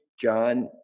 John